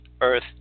earth